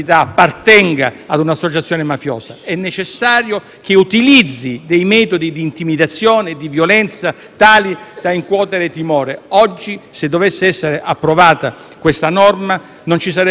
è necessario che utilizzi dei metodi di intimidazione e di violenza tale da incutere timore. Oggi, se dovesse essere approvata questa norma, non ci sarebbe più questo tipo di possibilità.